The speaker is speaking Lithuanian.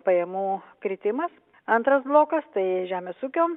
pajamų kritimas antras blokas tai žemės ūkio